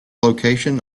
location